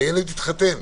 והילד התחתן.